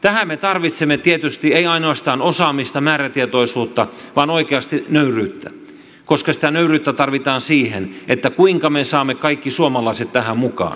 tähän me tarvitsemme tietysti emme ainoastaan osaamista määrätietoisuutta vaan oikeasti nöyryyttä koska sitä nöyryyttä tarvitaan siihen kuinka me saamme kaikki suomalaiset tähän mukaan